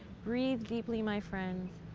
breathe deeply, my friends.